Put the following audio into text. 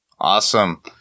Awesome